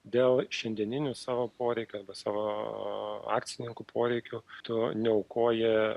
dėl šiandieninių savo poreikių arba savo akcininkų poreikių tu neaukoji